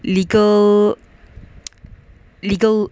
legal legal